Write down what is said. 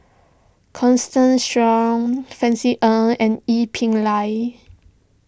Constance Sheares Francis Ng and Ee Peng Liang